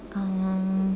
um